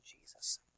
Jesus